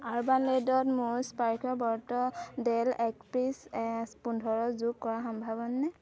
urban লেডাৰত মোৰ Dell X P S পোন্ধৰ যোগ কৰা সম্ভৱনে